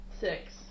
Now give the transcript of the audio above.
Six